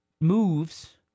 moves